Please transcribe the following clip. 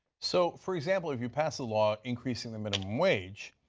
so for example, if you pass a law increasing the minimum wage,